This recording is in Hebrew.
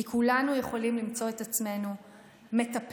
כי כולנו יכולים למצוא את עצמו מטפלים,